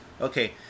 Okay